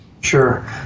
sure